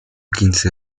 quince